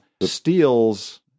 steals